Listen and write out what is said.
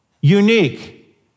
unique